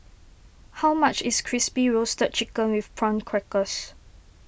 how much is Crispy Roasted Chicken with Prawn Crackers